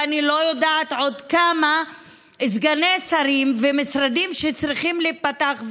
ואני לא יודעת עוד כמה סגני שרים ומשרדים שצריכים להיפתח,